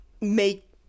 make